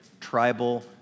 tribal